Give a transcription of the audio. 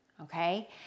okay